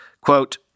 Quote